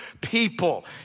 people